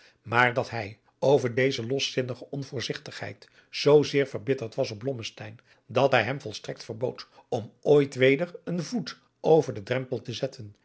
maar dat hij over deze loszinnige onvoorzigtigheid zoo zeer verbitterd was op blommesteyn dat hij hem volstrekt verbood om ooit weder een voet over den drempel te zetten